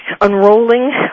unrolling